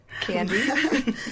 Candy